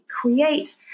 create